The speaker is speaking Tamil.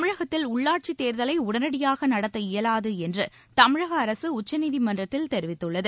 தமிழகத்தில் உள்ளாட்சித் தேர்தலை உடனடியாக நடத்த இயலாது என்று தமிழக அரசு உச்சநீதிமன்றத்தில் தெரிவித்துள்ளது